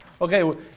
Okay